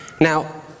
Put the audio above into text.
Now